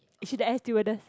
is she the air stewardess